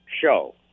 show